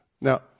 Now